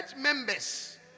members